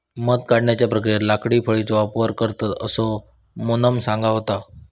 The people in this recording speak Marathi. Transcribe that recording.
मध काढण्याच्या प्रक्रियेत लाकडी फळीचो वापर करतत, असा सोनम सांगत होता